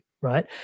right